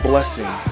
blessing